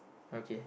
okay